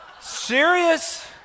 Serious